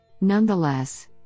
Nonetheless